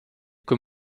kui